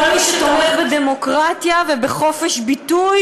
כל מי שתומך בדמוקרטיה ובחופש הביטוי